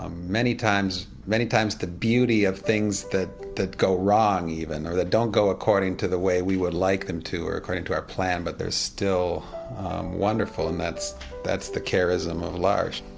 ah many times many times the beauty of things that that go wrong even, or that don't go according to the way we would like them to or according to our plan, but they're still wonderful. and that's that's the charism of l'arche